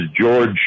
George